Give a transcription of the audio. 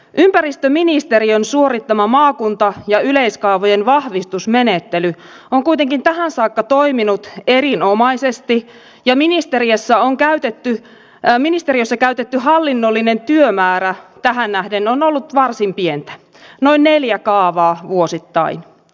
ympäristöministeriön suorittama maakunta ja yleiskaavojen vahvistusmenettely on kuitenkin tähän saakka toiminut erinomaisesti ja ministeriössä käytetty hallinnollinen työmäärä tähän nähden on ollut varsin pientä noin neljä kaavaa vuosittain